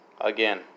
Again